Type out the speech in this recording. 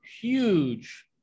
huge